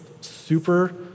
super